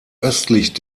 östlich